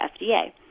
FDA